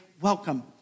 welcome